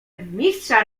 mistrza